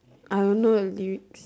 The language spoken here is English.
I don't know the lyrics